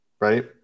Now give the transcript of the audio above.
right